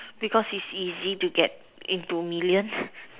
because it's easy to get into millions